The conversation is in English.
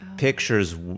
Pictures